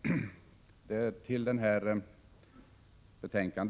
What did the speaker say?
Moderaterna och folkpartiet har till detta utskottsbetänkande